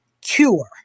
cure